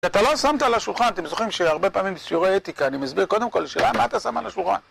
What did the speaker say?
כי אתה לא שמת על השולחן, אתם זוכרים שהרבה פעמים בסיורי אתיקה, אני מסביר קודם כל לשאלה מה אתה שo על השולחן.